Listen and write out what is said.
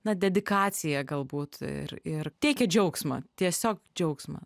na dedikacija galbūt ir ir teikia džiaugsmą tiesiog džiaugsmą